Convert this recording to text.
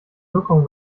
wirkung